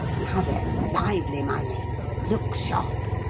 now, then, lively, my men look sharp!